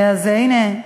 הנה,